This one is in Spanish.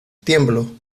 tiemblo